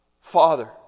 Father